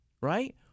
right